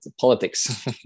politics